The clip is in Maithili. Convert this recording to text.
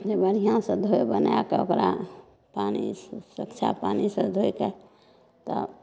बढ़िआँ से धोए बनाए कऽ ओकरा पानि से कच्चा पानि से धोएके तब